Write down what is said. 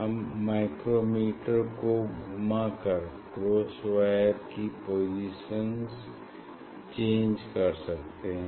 हम माइक्रोमीटर को घुमा कर क्रॉस वायर की पोजीशन चेंज कर सकते हैं